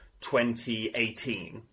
2018